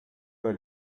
pas